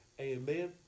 Amen